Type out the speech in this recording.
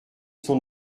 son